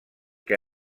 que